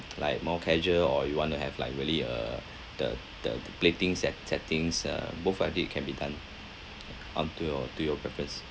like more casual or you want to have like really uh the the the platings set~ settings uh both of it can be done up to your to your preference